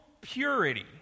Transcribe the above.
purity